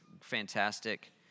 fantastic—